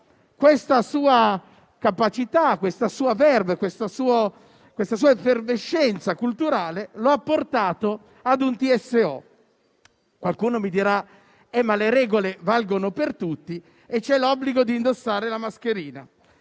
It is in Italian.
questa sua capacità, questa sua *verve*, questa sua effervescenza culturale lo ha portato a un TSO. Qualcuno mi dirà che le regole valgono per tutti e che c'è l'obbligo di indossare la mascherina.